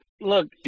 look